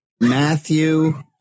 Matthew